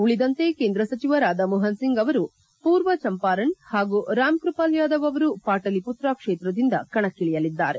ಉಳಿದಂತೆ ಕೇಂದ್ರ ಸಚಿವ ರಾಧಾಮೋಹನ್ ಸಿಂಗ್ ಅವರು ಮೂರ್ವ ಚಂಪಾರಣ್ ಹಾಗೂ ರಾಮ್ಕ್ಕಪಾಲ್ ಯಾದವ್ ಅವರು ಪಾಟಲಿಮತ್ರ ಕ್ಷೇತ್ರದಿಂದ ಕಣಕ್ಕಿಳಿಯಲಿದ್ದಾರೆ